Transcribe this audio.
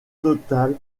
total